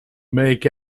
make